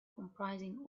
comprising